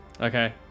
Okay